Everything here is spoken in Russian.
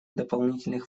дополнительных